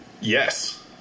Yes